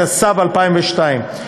התשס"ב 2002,